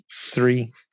three